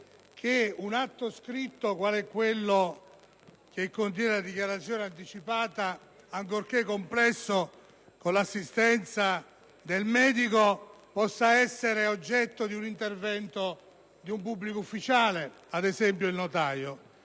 che un atto scritto quale è quello che contiene la dichiarazione anticipata, ancorché complesso e con l'assistenza del medico, possa essere oggetto di un intervento di un pubblico ufficiale, ad esempio il notaio.